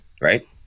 Right